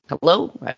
Hello